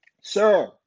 sir